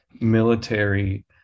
military